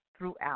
Throughout